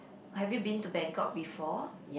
have you been to Bangkok before